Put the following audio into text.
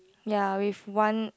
ya with one